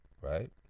Right